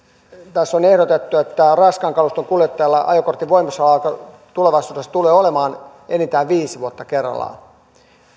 tässä on esimerkiksi ehdotettu että raskaan kaluston kuljettajalla ajokortin voimassaoloaika tulevaisuudessa tulee olemaan enintään viisi vuotta kerrallaan